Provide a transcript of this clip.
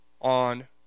on